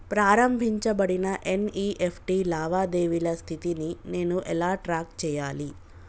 ప్రారంభించబడిన ఎన్.ఇ.ఎఫ్.టి లావాదేవీల స్థితిని నేను ఎలా ట్రాక్ చేయాలి?